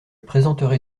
présenterai